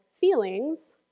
feelings